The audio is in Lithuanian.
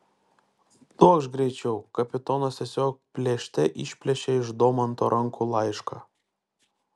duokš greičiau kapitonas tiesiog plėšte išplėšė iš domanto rankų laišką